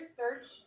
search